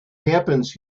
happens